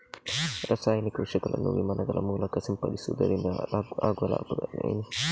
ರಾಸಾಯನಿಕ ವಿಷಗಳನ್ನು ವಿಮಾನಗಳ ಮೂಲಕ ಸಿಂಪಡಿಸುವುದರಿಂದ ಆಗುವ ಲಾಭವೇನು?